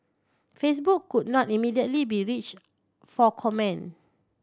Facebook could not immediately be reached for comment